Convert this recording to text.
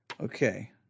Okay